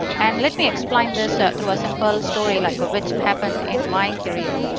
and let me explain this through a simple story like, ah, which happened in my career.